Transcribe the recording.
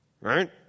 right